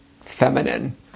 feminine